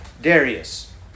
Darius